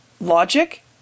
logic